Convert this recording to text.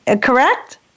Correct